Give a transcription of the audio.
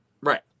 Right